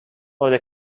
over